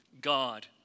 God